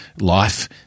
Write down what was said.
life